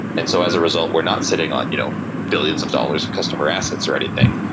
and so as a result, we're not sitting on you know billions of dollars of customer assets or anything.